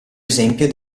esempio